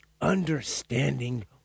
understanding